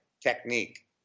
technique